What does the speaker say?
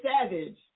savage